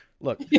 Look